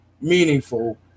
meaningful